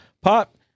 pop